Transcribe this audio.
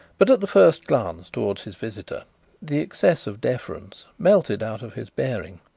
but at the first glance towards his visitor the excess of deference melted out of his bearing,